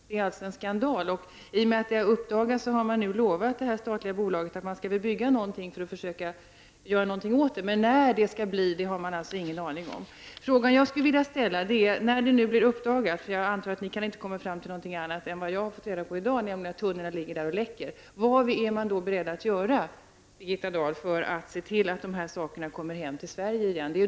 Det är en skandal och i och med att den har blivit uppdagad har det statliga bolaget lovat att bygga en anläggning, men man har ingen aning om när det kan bli aktuellt. Jag antar att ni i departementen inte kan komma fram till något annat än vad jag har fått reda på, nämligen att tunnorna ligger där och läcker. Men jag vill ställa frågan: När nu detta blivit uppdagat, vad är man då beredd att göra, Birgitta Dahl, för att se till att tunnorna kommer hem till Sverige igen?